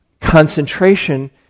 Concentration